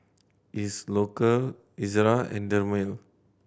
Isocal Ezerra and Dermale